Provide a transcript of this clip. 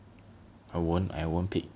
I won't I won't pick